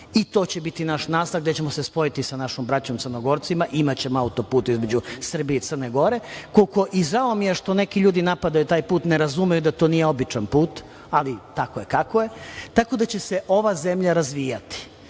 i to će biti naš nastavak gde ćemo se spojiti sa našom braćom Crnogorcima, imaćemo autoput između Srbije i Crne Gore. Žao mi je što neki ljudi napadaju taj put, ne razumeju da to nije običan put, ali tako je kako je, tako da će se ova zemlja razvijati. Na